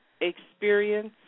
experience